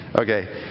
okay